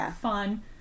fun